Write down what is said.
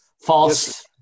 false